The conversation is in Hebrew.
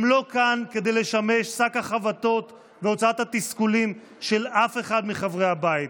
הם לא כאן כדי לשמש שק החבטות והוצאת התסכולים של אף אחד מחברי הבית.